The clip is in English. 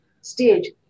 stage